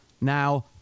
now